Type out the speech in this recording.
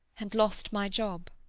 and lost my job.